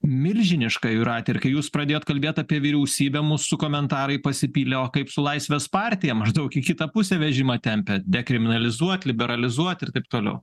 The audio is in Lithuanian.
milžiniška jūrate ir kai jūs pradėjot kalbėt apie vyriausybę mūsų komentarai pasipylė o kaip su laisvės partija maždaug į kitą pusę vežimą tempia dekriminalizuot liberalizuot ir taip toliau